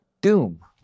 doom